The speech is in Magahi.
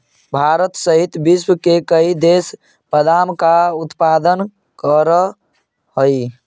भारत सहित विश्व के कई देश बादाम का उत्पादन करअ हई